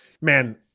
Man